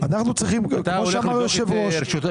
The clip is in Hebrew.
כמו שאמר היושב-ראש,